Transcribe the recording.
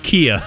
Kia